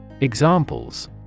Examples